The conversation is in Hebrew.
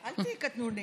אל תהיי קטנונית.